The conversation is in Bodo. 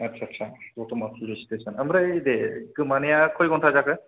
आथसा सा दथमा फुलिस सिथेसन ओमफ्राय दे गोमानाया खय घन्टा जाखो